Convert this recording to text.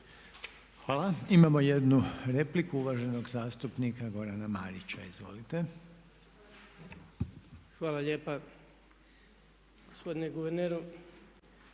Hvala. Imamo jednu repliku uvaženog zastupnika Gorana Marića, izvolite. **Marić, Goran